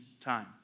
time